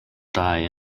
die